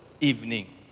evening